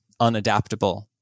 unadaptable